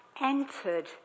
entered